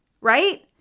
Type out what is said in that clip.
Right